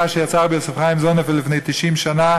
שיצא רבי יוסף חיים זוננפלד לפני 90 שנה: